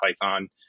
Python